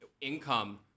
income